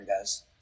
guys